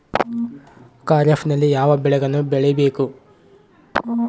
ಖಾರೇಫ್ ನಲ್ಲಿ ಯಾವ ಬೆಳೆಗಳನ್ನು ಬೆಳಿಬೇಕು?